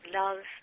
love